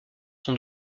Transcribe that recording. sont